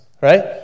right